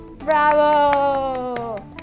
bravo